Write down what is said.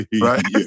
right